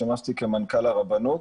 שימשתי כמנכ"ל הרבנות.